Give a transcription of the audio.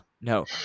no